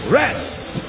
rest